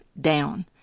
down